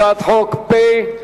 הצעת חוק פ/2167,